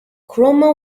chroma